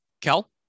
Kel